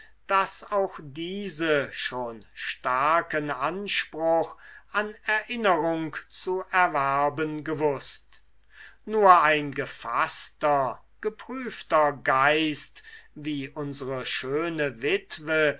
daß auch diese schon starken anspruch an erinnerung zu erwerben gewußt nur ein gefaßter geprüfter geist wie unsere schöne witwe